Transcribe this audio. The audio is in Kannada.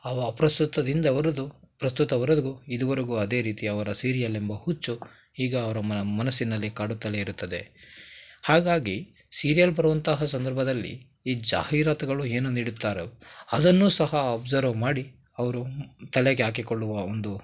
ಅವ ಪ್ರಸ್ತುತದಿಂದ ಅವರದು ಪ್ರಸ್ತುತವರೆಗೂ ಇದುವರೆಗೂ ಅದೇ ರೀತಿ ಅವರ ಸೀರಿಯಲ್ ಎಂಬ ಹುಚ್ಚು ಈಗ ಅವರ ಮನಸ್ಸಿನಲ್ಲಿ ಕಾಡುತ್ತಲೇ ಇರುತ್ತದೆ ಹಾಗಾಗಿ ಸೀರಿಯಲ್ ಬರುವಂತಹ ಸಂದರ್ಭದಲ್ಲಿ ಈ ಜಾಹೀರಾತುಗಳು ಏನು ನೀಡುತ್ತಾರೋ ಅದನ್ನೂ ಸಹ ಅಬ್ಸರ್ವ್ ಮಾಡಿ ಅವರು ತಲೆಗೆ ಹಾಕಿಕೊಳ್ಳುವ ಒಂದು